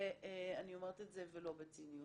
ואני אומרת את זה ולא בציניות.